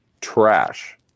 Trash